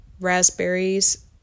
Raspberries